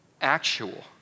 actual